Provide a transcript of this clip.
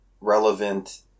relevant